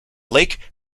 lake